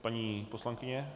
Paní poslankyně?